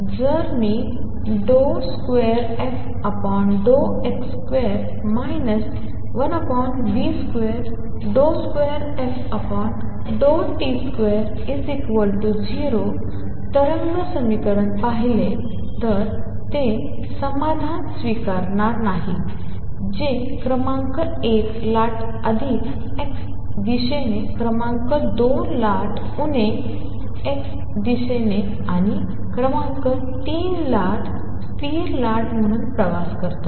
तर जर मी 2fx2 1v22ft20 तरंग समीकरण पाहिले तर ते समाधान स्वीकारते जे क्रमांक 1 लाटा अधिक x दिशाने क्रमांक 2 लाटा उणे x दिशाने आणि क्रमांक 3 लाट स्थिर लाट म्हणून प्रवास करतात